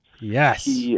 Yes